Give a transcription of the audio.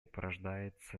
порождается